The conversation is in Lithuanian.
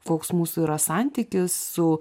koks mūsų yra santykis su